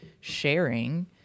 sharing